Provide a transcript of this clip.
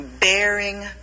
bearing